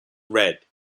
red